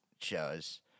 shows